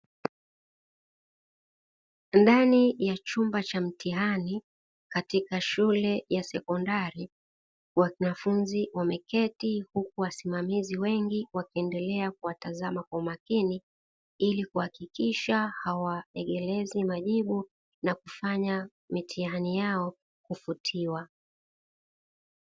Ndani ya chumba cha mtihani katika shule ya sekondari, wanafunzi wameketi huku wasimamizi wengi wakiendelea kuwatazama kwa makini, ili kuhakikisha hawaegelezi majibu na kufanya mitihani yao kufutiwa.